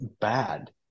bad